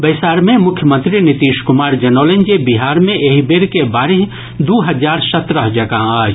बैसार मे मुख्यमंत्री नीतीश कुमार जनौलनि जे बिहार मे एहि बेर के बाढ़ि दू हजार सत्रह जकां अछि